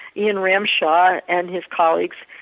ian ramshaw and his colleagues,